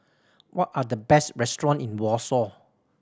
what are the best restaurant in Warsaw